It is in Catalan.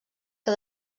que